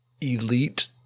elite